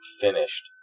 finished